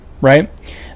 right